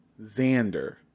Xander